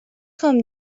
خوام